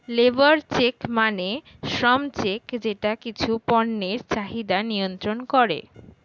labour check মানে শ্রম check যেটা কিছু পণ্যের চাহিদা নিয়ন্ত্রন করে